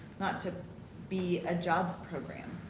not to be a jobs program.